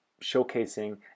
showcasing